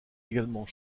également